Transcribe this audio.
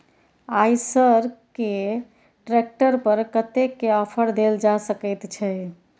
आयसर के ट्रैक्टर पर कतेक के ऑफर देल जा सकेत छै?